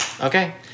Okay